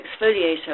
exfoliator